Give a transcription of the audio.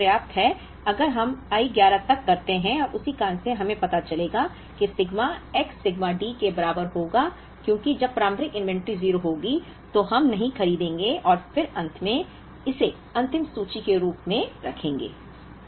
तो I 12 होगा 0 तो यह पर्याप्त है अगर हम I 11 तक करते हैं और उसी कारण से हमें पता चलेगा कि सिग्मा X सिग्मा D के बराबर होगा क्योंकि जब प्रारंभिक इन्वेंट्री 0 होगी तो हम नहीं खरीदेंगे और फिर अंत में इसे अंतिम सूची के रूप में रखेंगे